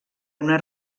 una